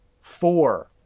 Four